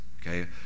okay